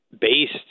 based